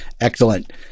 Excellent